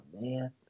man